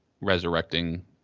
Resurrecting